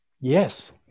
yes